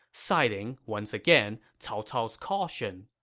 citing once again cao cao's caution.